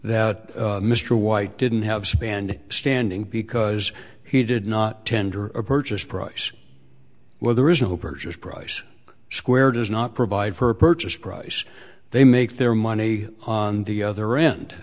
that mr whyte didn't have spanned standing because he did not tender a purchase price where there is no purchase price square does not provide her purchase price they make their money on the other end